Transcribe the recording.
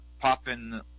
popping